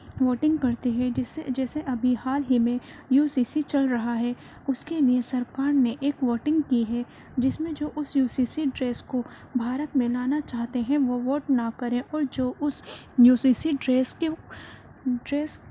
voting کرتی ہے جس سے جیسے ابھی حال ہی میں یو سی سی چل رہا ہے اس کے لئے سرکار نے ایک ووٹنگ کی ہے جس میں جو اس یو سی سی ڈریس کو بھارت میں لانا چاہتے ہیں وہ ووٹ نہ کریں اور جو اس یو سی سی ڈریس کو ڈریس